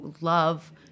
love